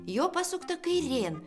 jo pasukta kairėn